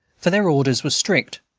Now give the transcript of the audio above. for their orders were strict,